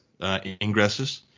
ingresses